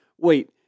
Wait